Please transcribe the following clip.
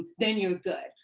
then you are good.